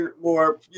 more